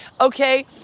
okay